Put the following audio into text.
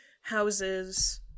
houses